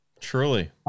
truly